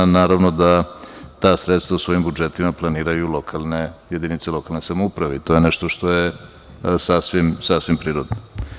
Naravno da ta sredstva u svojim budžetima planiraju jedinice lokalne samouprave i to je nešto što je sasvim prirodno.